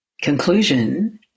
conclusion